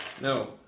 No